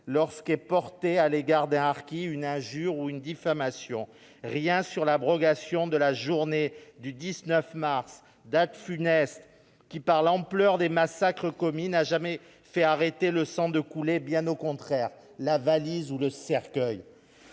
lorsque est portée à l'égard d'un harki une injure ou une diffamation ; rien de l'abrogation de la journée du 19 mars, date funeste qui, par l'ampleur des massacres commis, n'a pas empêché le sang de couler, bien au contraire. Les harkis ont eu le